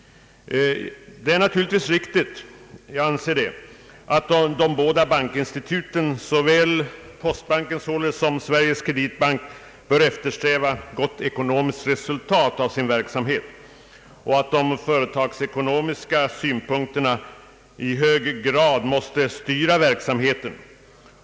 Det är riktigt, anser jag, att de båda bankinstituten, såväl postbanken som Sveriges Kreditbank, bör eftersträva gott ekonomiskt resultat av sin verksamhet och att de företagsekonomiska synpunkterna i hög grad måste styra verksamheten.